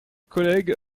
collègue